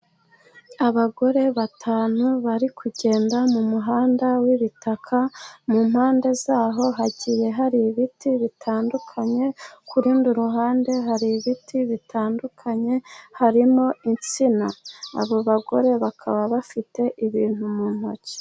Abagore batanu bari kugenda mu muhanda w' ibitaka mu mpande zaho hagiye hari ibiti bitandukanye, ku rundi ruhande hari ibiti bitandukanye harimo; insina abo bagore bakaba bafite ibintu mu ntoki.